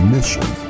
Mission